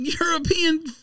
European